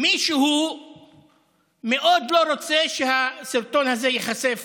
מישהו מאוד לא רוצה שהסרטון הזה ייחשף